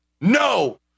No